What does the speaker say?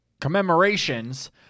commemorations